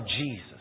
Jesus